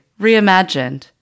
Reimagined